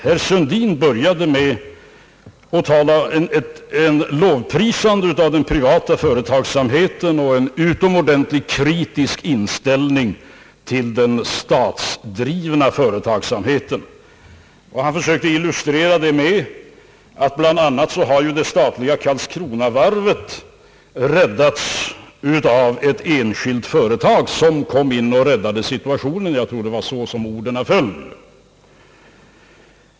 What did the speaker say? Herr Sundin började med ett lovprisande av den privata företagsamheten och en utomordentligt kritisk inställning till den statsdrivna verksamheten. Han försökte illustrera det med att bl.a. det statliga Karlskronavarvet har räddats av ett enskilt företag — jag tror orden föll så, att det enskilda företaget kom in och räddade situationen.